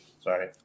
sorry